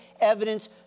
evidence